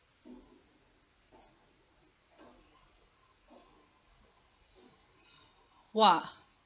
!wah!